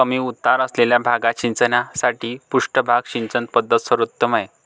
कमी उतार असलेल्या भागात सिंचनासाठी पृष्ठभाग सिंचन पद्धत सर्वोत्तम आहे